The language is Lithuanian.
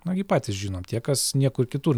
na gi patys žinom tie kas niekur kitur